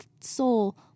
soul